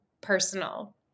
personal